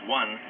one